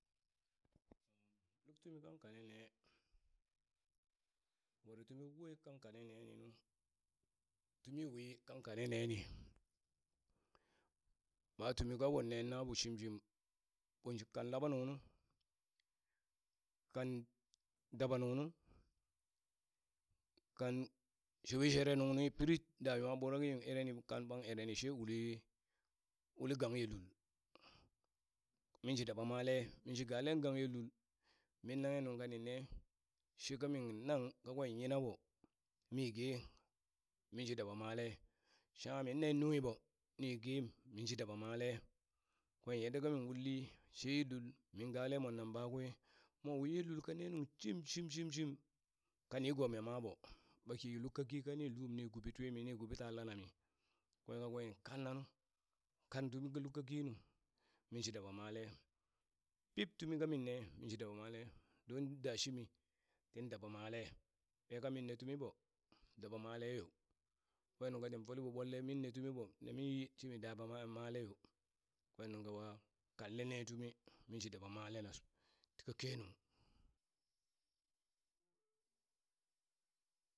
Luk tumi kan kane ne, were tumi we kan kane ne, tumi we kan kane neni, ma tumi kaɓon ne naɓo shimshim, ɓonshi nkan laɓanung nu, kan daɓanung nu, kan shewe sherenung nu pirid da nwa ɓuraki in ereni kan ɓan ere she uli uli gangye lul, minshi daba male minshi gale gang ye lul, min nanghe nun kanin nee, she kamin nang kakwen yinaɓo mi gee, minshi daba male. shangha min nen nunghi ɓo ni geem, minshi daba male, kwen yadda min ulli sheye lul, min gale monnan ɓakwe, mo wi ye lul ka ne nung shim shim shim shim ka nigomi maa ɓo, ɓaki luk kaki kani lum ni guɓi twimi, ni guɓi taa lana mi, kwe kakwe in kanna nu, kan dubi guɓi luk kaki nu, minshi daba male, pip tumi kaminne minshi daba male, don da shimi tin daba male, ɓe kamin ne tumiɓo daba male yo, kwen nungka tin folɓo ɓwanle minne tumiɓo ne minyi shimi daba ma male yo kwen nungka wa kanle ne tumi minshi daba malena sh tika kenung.